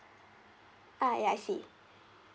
ah ya I see